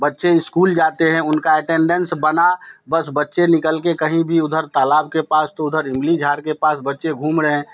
बच्चे इस्कूल जाते हैं उनका अटेंडेंस बना बस बच्चे निकल के कहीं भी उधर तालाब के पास तो उधर इमली झाड़ के पास बच्चे घूम रहे हैं